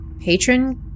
patron